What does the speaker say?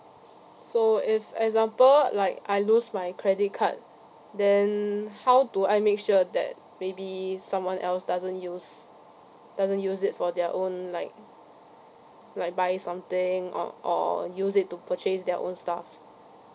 so if example like I lose my credit card then how do I make sure that maybe someone else doesn't use doesn't use it for their own like like buy something or or use it to purchase their own stuff